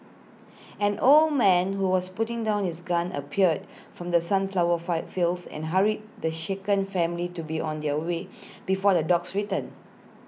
an old man who was putting down his gun appeared from the sunflower fire fields and hurried the shaken family to be on their way before the dogs return